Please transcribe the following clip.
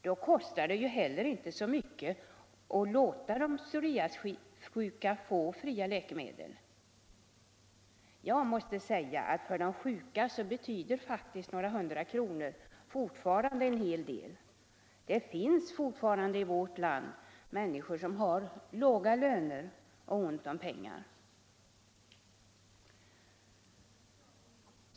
Då kostar det ju inte heller mycket att låta de psoriasissjuka få fria läkemedel. För de sjuka betyder faktiskt några hundra kronor fortfarande en hel del. Det finns alltjämt i vårt land människor som har låga löner och ont om pengar.